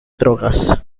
drogas